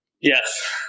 Yes